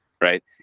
Right